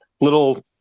little